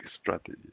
strategies